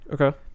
Okay